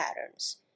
patterns